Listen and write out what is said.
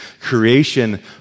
Creation